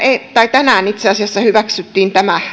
tänään hyväksyttiin